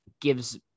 gives